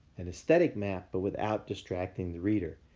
an aesthetic map but without distracting the reader.